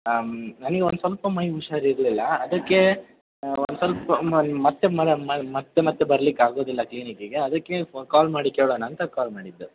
ನನಗೆ ಒಂದು ಸ್ವಲ್ಪ ಮೈಗೆ ಹುಷಾರಿರಲಿಲ್ಲ ಅದಕ್ಕೆ ಒಂದು ಸ್ವಲ್ಪ ಮ ಮತ್ತೆ ಮತ್ತೆ ಮತ್ತೆ ಬರ್ಲಿಕ್ಕೆ ಆಗುವುದಿಲ್ಲ ಕ್ಲಿನಿಕ್ಕಿಗೆ ಅದಕ್ಕೆ ಫೋ ಕಾಲ್ ಮಾಡಿ ಕೇಳೋಣ ಅಂತ ಕಾಲ್ ಮಾಡಿದ್ದು